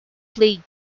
played